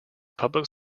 public